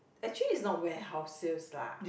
actually it's not warehouse sales lah